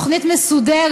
עם תוכנית מסודרת,